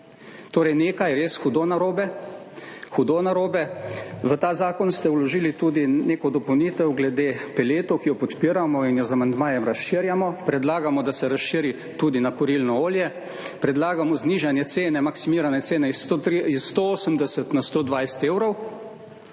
hudo narobe, hudo narobe. V ta zakon ste vložili tudi neko dopolnitev glede peletov, ki jo podpiramo in jo z amandmajem razširjamo. Predlagamo, da se razširi tudi na kurilno olje, predlagamo znižanje cene maksimirane cene iz 180 na 120 evrov.